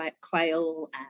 quail